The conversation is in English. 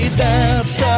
dance